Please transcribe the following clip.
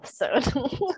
episode